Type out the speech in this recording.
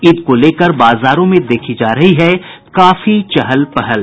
ईद को लेकर बाजारों में देखी जा रही है काफी चहल पहल